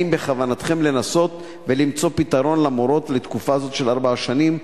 האם בכוונתכם לנסות ולמצוא פתרון למורות לתקופה זאת של ארבע שנים,